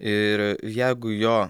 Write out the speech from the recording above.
ir jeigu jo